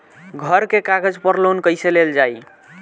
घर के कागज पर लोन कईसे लेल जाई?